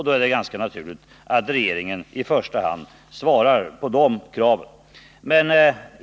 Då är det ganska naturligt att regeringen i första hand tillmötesgår de kraven.